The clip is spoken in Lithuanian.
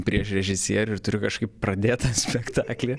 prieš režisierių ir turiu kažkaip pradėt tą spektaklį